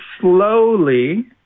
slowly